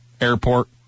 airport